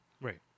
Right